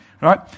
right